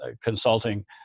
consulting